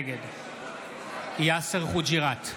נגד יאסר חוג'יראת,